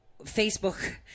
facebook